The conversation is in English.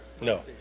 No